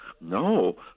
No